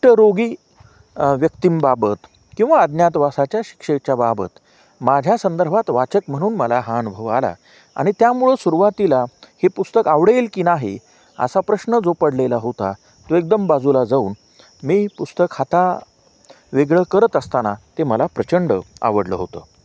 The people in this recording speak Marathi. कुष्ठरोगी व्यक्तिंबाबत किंवा अज्ञातवासाच्या शिक्षेच्या बाबत माझ्या संदर्भात वाचक म्हणून मला हा अनुभव आला आणि त्यामुळं सुरुवातीला हे पुस्तक आवडेल की नाही असा प्रश्न जो पडलेला होता तो एकदम बाजूला जाऊन मी पुस्तक हाता वेगळं करत असताना ते मला प्रचंड आवडलं होतं